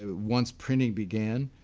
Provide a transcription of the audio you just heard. ah once printing began,